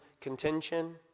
contention